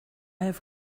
have